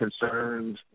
concerns